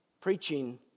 preaching